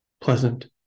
pleasant